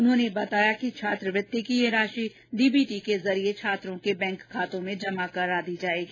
उन्होंने बताया कि छात्रवृत्ति की यह राशि डीबीटी के जरिए छात्रों के बैंक खातों में जमा करा दी जाएगी